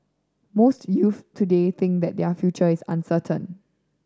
most youths today think that their future is uncertain